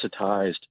desensitized